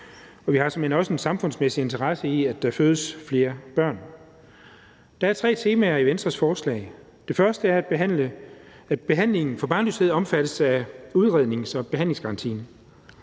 såmænd også en samfundsmæssig interesse i, at der fødes flere børn. Der er tre temaer i Venstres forslag. Det første er, at behandlingen for barnløshed omfattes af udrednings- og behandlingsgarantien.